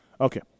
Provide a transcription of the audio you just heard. Okay